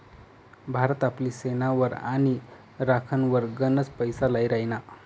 भारत आपली सेनावर आणि राखनवर गनच पैसा लाई राहिना